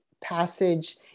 passage